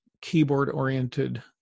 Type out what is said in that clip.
keyboard-oriented